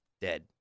dead